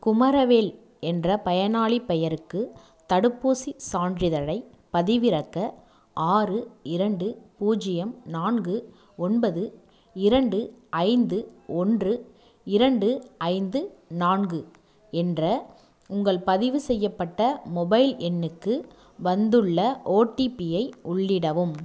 குமரவேல் என்ற பயனாளிப் பெயருக்கு தடுப்பூசிச் சான்றிதழைப் பதிவிறக்க ஆறு இரண்டு பூஜ்ஜியம் நான்கு ஒன்பது இரண்டு ஐந்து ஒன்று இரண்டு ஐந்து நான்கு என்ற உங்கள் பதிவு செய்யப்பட்ட மொபைல் எண்ணுக்கு வந்துள்ள ஓடிபியை உள்ளிடவும்